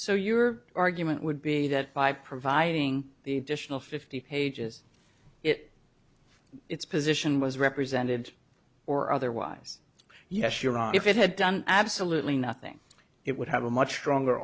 so your argument would be that by providing the additional fifty pages it it's position was represented or otherwise yes you're right if it had done absolutely nothing it would have a much stronger